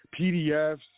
PDFs